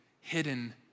hidden